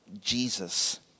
Jesus